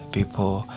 people